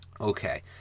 Okay